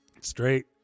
Straight